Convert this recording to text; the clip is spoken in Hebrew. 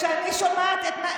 שנלחם נגד ההקפאה,